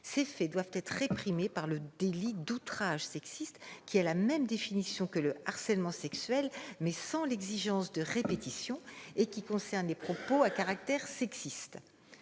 Ces derniers doivent être réprimés par le délit d'outrage sexiste, qui répond à la même définition que le harcèlement sexuel, mais sans l'exigence de répétition, et qui concerne les propos à caractère sexiste.